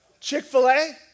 Chick-fil-A